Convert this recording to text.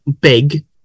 big